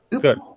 Good